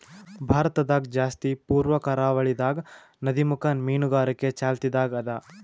ಭಾರತದಾಗ್ ಜಾಸ್ತಿ ಪೂರ್ವ ಕರಾವಳಿದಾಗ್ ನದಿಮುಖ ಮೀನುಗಾರಿಕೆ ಚಾಲ್ತಿದಾಗ್ ಅದಾ